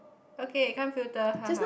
okay come filter haha